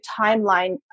timeline